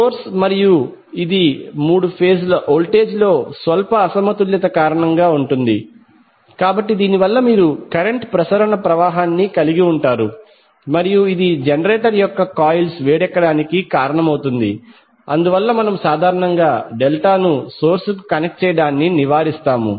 source మరియు ఇది మూడు ఫేజ్ ల వోల్టేజ్లలో స్వల్ప అసమతుల్యత కారణంగా ఉంటుంది కాబట్టి దీనివల్ల మీరు కరెంట్ ప్రసరణ ప్రవాహాన్ని కలిగి ఉంటారు మరియు ఇది జనరేటర్ యొక్క కాయిల్స్ వేడెక్కడానికి కారణమవుతుంది అందువల్ల మనము సాధారణంగా డెల్టా ను సోర్స్ కు కనెక్ట్ చేయడాన్ని నివారిస్తాము